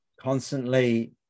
constantly